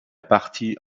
partie